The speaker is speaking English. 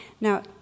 Now